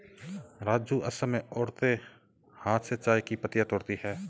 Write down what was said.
राजू असम में औरतें हाथ से चाय की पत्तियां तोड़ती है